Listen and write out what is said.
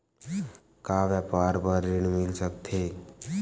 का व्यापार बर ऋण मिल सकथे?